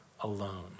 alone